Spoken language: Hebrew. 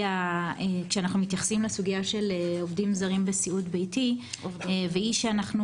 כשאנחנו מתייחסים לסוגיה של עובדים זרים בסיעוד ביתי והוא שאנחנו